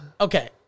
Okay